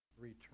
return